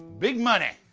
big money.